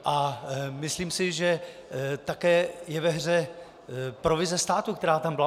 A myslím si, že také je ve hře provize státu, která tam byla.